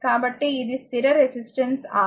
కాబట్టి ఇది స్థిర రెసిస్టెన్స్ R